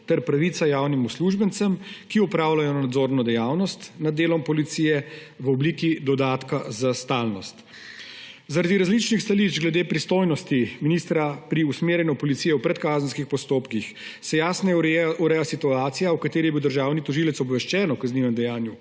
ter pravica javnim uslužbencem, ki opravljajo nadzorno dejavnost nad delom policije v obliki dodatka za stalnost. Zaradi različnih stališč glede pristojnosti ministra pri usmerjanju policije v predkazenskih postopkih se jasneje ureja situacija, v kateri je bil državni tožilec obveščen o kaznivem dejanju,